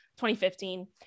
2015